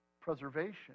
Preservation